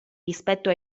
rispetto